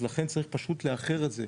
אז לכן צריך פשוט לאחר את זה.